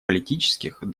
политических